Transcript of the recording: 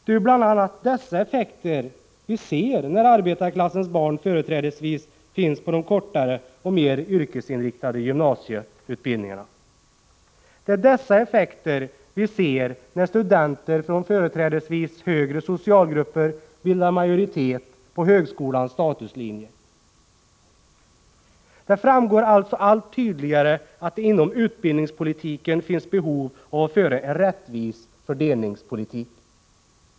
Det är bl.a. dessa effekter vi ser när företrädesvis arbetarklassens barn finns på de kortare och mer yrkesinriktade utbildningarna. Det är dessa effekter vi ser när studenter från företrädesvis högre socialgrupper bildar majoritet på högskolans statuslinjer. Det framgår alltså allt tydligare att det inom utbildningspolitiken finns behov av att föra en rättvis fördelningspolitik.